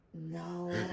No